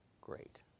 great